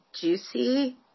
juicy